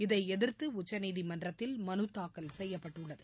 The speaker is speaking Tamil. இதைத் எதிர்த்துஉச்சநீதிமன்றத்தில் மனுதாக்கல் செய்யப்பட்டுள்ளது